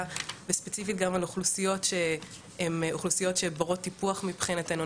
וספציפית גם על אוכלוסיות שהן ברות פיתוח מבחינתנו.